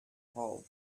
hole